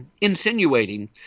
insinuating